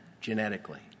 genetically